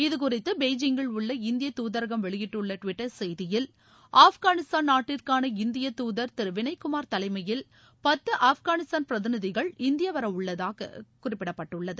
இதுகுறித்து பெய்ஜிங்கில் உள்ள இந்தியத் தூதரகம் வெளியிட்டுள்ள டுவிட்டர் செய்தியில் ஆப்கானிஸ்தான் நாட்டிற்கான இந்தியத் தூதர் திரு வினய் குமார் தலைமயில் பத்து ஆப்கானிஸ்தான் பிரதிநிதிகள் இந்தியா வர உள்ளதாக குறிப்பிடப்பட்டுள்ளது